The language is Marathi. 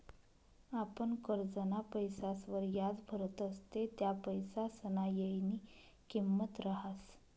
आपण करजंना पैसासवर याज भरतस ते त्या पैसासना येयनी किंमत रहास